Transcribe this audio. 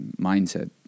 mindset